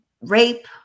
rape